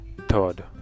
Third